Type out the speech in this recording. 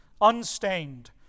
unstained